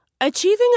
Achieving